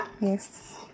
Yes